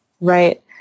Right